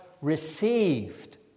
received